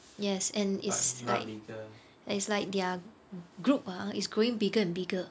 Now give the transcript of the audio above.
yes and it's like it's like their group ah is growing bigger and bigger